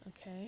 okay